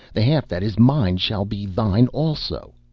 the half that is mine shall be thine also.